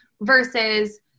versus